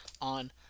on